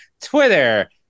Twitter